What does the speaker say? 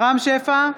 רם שפע,